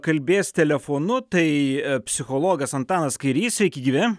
kalbės telefonu tai psichologas antanas kairys sveiki gyvi